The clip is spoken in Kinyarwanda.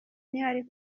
ntiwari